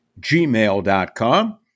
gmail.com